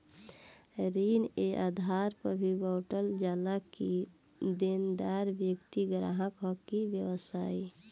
ऋण ए आधार पर भी बॉटल जाला कि देनदार व्यक्ति ग्राहक ह कि व्यवसायी